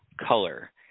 color